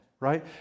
Right